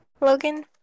Logan